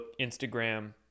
Instagram